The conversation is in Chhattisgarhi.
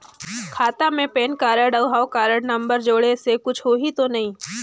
खाता मे पैन कारड और हव कारड नंबर जोड़े से कुछ होही तो नइ?